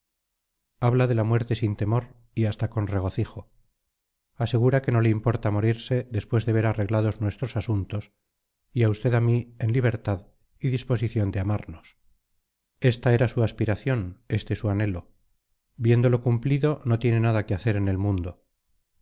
habla de la muerte sin temor y hasta con regocijo asegura que no le importa morirse después de ver arreglados nuestros asuntos y a usted y a mí en libertad y disposición de amarnos esta era su aspiración este su anhelo viéndolo cumplido no tiene nada que hacer en el mundo